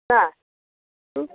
என்ன ம்